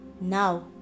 Now